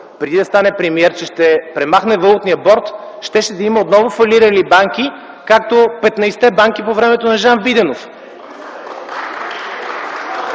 преди да стане премиер, че ще премахне валутния борд, щеше да има отново фалирали банки, както 15-те банки по времето на Жан Виденов.